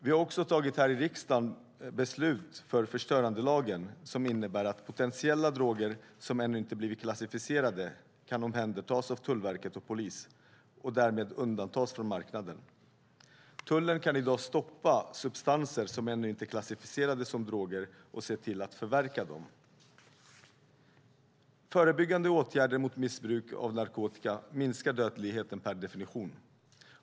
Vi har också tidigare tagit beslut här i riksdagen för förstörandelagen, som innebär att potentiella droger som ännu inte blivit klassificerade kan omhändertas av Tullverket och polis och därmed undantas från marknaden. Tullen kan i dag stoppa substanser som ännu inte är klassificerade som droger och se till att förverka dem. Herr talman! Förebyggande åtgärder mot missbruk av narkotika minskar dödligheten per definition.